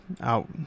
out